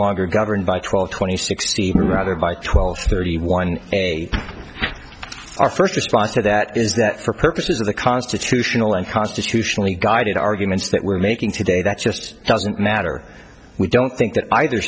longer governed by twelve twenty sixteen rather by twelve thirty one our first response to that is that for purposes of the constitutional and constitutionally guided arguments that we're making today that just doesn't matter we don't think that either